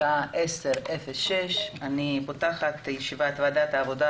השעה 10:06. אני פותחת את ישיבת ועדת העבודה,